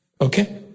Okay